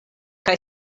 kaj